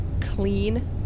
clean